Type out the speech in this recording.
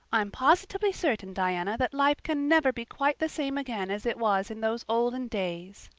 i'm positively certain, diana, that life can never be quite the same again as it was in those olden days,